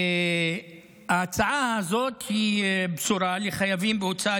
ההצעה הזאת היא בשורה לחייבים בהוצאה